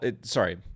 sorry